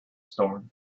storm